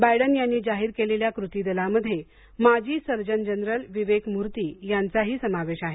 Biden यांनी जाहीर केलेल्या कृती दलामध्ये माजी सर्जन जनरल विवेक मूर्ती यांचाही समावेश आहे